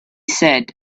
said